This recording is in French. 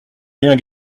rien